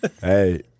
Hey